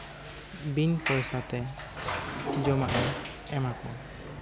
ᱵᱤᱱ ᱯᱚᱭᱥᱟ ᱛᱮ ᱡᱚᱢᱟᱜ ᱮᱭ ᱮᱢᱟ ᱠᱚᱣᱟ